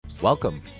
Welcome